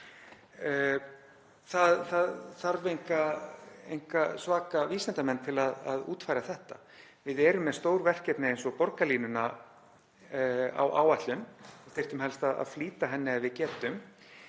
Það þarf enga svakalega vísindamenn til að útfæra þetta. Við erum með stór verkefni eins og borgarlínuna á áætlun og þyrftum helst að flýta henni ef við getum.